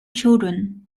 children